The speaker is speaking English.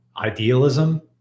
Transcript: idealism